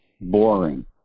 boring